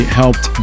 helped